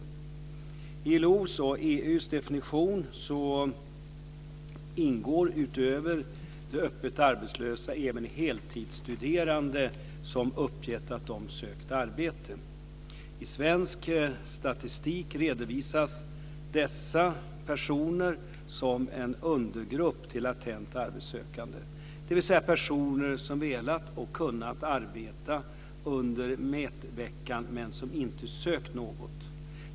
I ILO:s och EU:s definition ingår utöver de öppet arbetslösa, även heltidsstuderande som uppgett att de sökt arbete. I svensk statistik redovisas dessa personer som en undergrupp till latent arbetssökande, dvs. personer som velat och kunnat arbeta under mätveckan men som inte sökt något arbete.